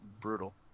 brutal